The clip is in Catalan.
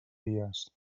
dies